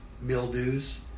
mildews